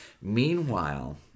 Meanwhile